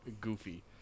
goofy